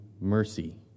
mercy